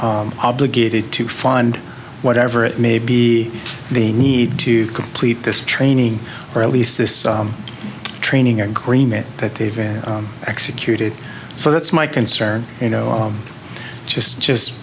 obligated to find whatever it may be they need to complete this training or at least this training agreement that they've executed so that's my concern you know just just